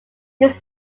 this